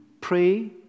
pray